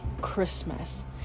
Christmas